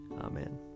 Amen